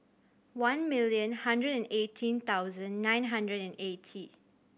one million hundred and eighteen thousand nine hundred and eighty